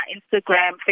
Instagram